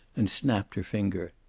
and snapped her finger.